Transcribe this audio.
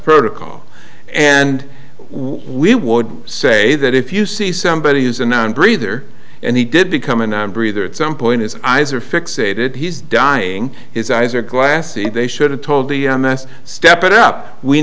protocol and we would say that if you see somebody who's a nun breather and he did become and i'm breather some point his eyes are fixated he's dying his eyes are glassy they should have told the m s step it up we